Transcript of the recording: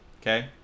Okay